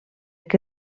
que